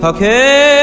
Okay